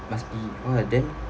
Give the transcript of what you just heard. must be !wah! then